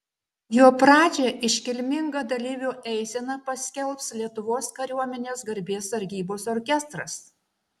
jo pradžią iškilminga dalyvių eisena paskelbs lietuvos kariuomenės garbės sargybos orkestras